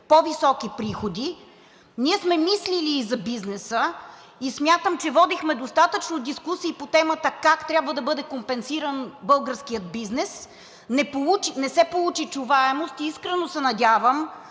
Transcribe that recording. по-високи приходи, ние сме мислили и за бизнеса и смятам, че водихме достатъчно дискусии по темата как трябва да бъде компенсиран българският бизнес. Не се получи чуваемост и искрено се надявам